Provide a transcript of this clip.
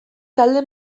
talde